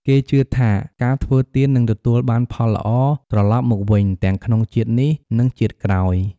គេជឿថាការធ្វើទាននឹងទទួលបានផលល្អត្រឡប់មកវិញទាំងក្នុងជាតិនេះ និងជាតិក្រោយ។